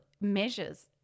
measures